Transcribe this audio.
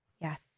Yes